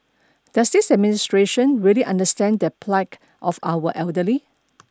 does this administration really understand the plight of our elderly